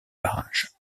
barrages